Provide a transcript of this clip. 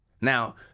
Now